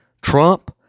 Trump